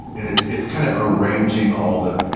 and it's, it's kind of arranging, all the,